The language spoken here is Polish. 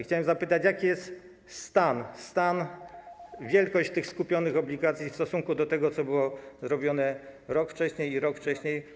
Chciałbym zapytać: Jaki jest stan, wielkość tych skupionych obligacji w stosunku do tego, co było robione rok wcześniej i rok wcześniej?